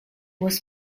was